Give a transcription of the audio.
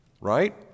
Right